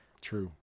True